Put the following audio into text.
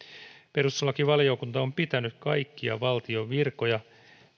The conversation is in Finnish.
perustuslakivaliokunta on pitänyt kaikkia valtion virkoja